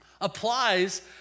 applies